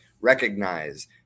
recognize